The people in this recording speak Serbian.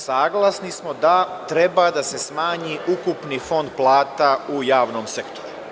Saglasni smo da treba da se smanji ukupni fond plata u javnom sektoru.